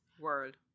world